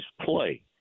play